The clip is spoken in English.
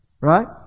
Right